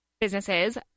businesses